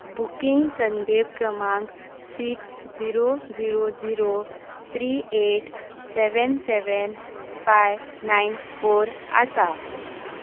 booking संदेप क्रमांक six zero zero zero three eight seven seven five nine four आसा